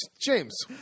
James